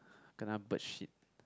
kena bird shit